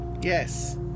Yes